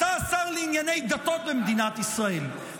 אתה השר לענייני דת במדינת ישראל,